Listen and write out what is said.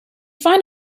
find